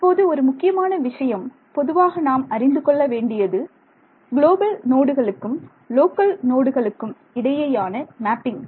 இப்போது ஒரு முக்கியமான விஷயம் பொதுவாக நாம் அறிந்து கொள்ள வேண்டியது குளோபல் நோடுகளுக்கும் லோக்கல் நோடுகளுக்கும் இடையேயான மேப்பிங்